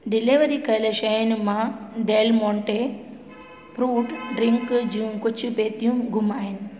deliver कयल शयुनि मां डैलमोंटे फ्रूट ड्रिंक जूं कुझु पेतियूं घुमाइनि